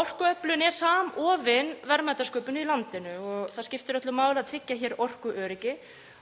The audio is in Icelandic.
Orkuöflun er samofin verðmætasköpun í landinu og það skiptir öllu máli að tryggja hér orkuöryggi.